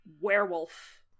werewolf